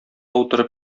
утырып